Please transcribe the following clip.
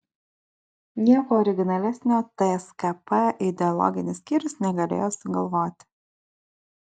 nieko originalesnio tskp ideologinis skyrius negalėjo sugalvoti